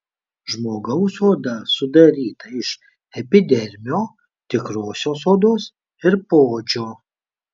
žmogaus oda sudaryta iš epidermio tikrosios odos ir poodžio